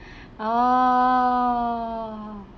oh